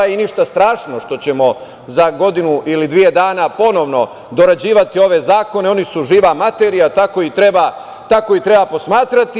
To nije ništa strašno, što ćemo za godinu ili dve dana ponovo dorađivati ove zakone, oni su živa materija i tako i treba posmatrati.